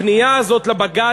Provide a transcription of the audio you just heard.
הפנייה הזאת לבג"ץ,